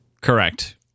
Correct